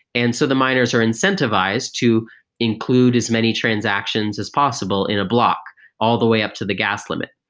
and so the minors are incentivized to include as many transactions as possible in a block all the way up to the gas limit.